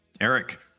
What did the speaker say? Eric